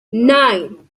nine